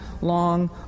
long